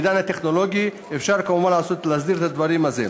בעידן הטכנולוגי אפשר כמובן להסדיר את הדברים האלה.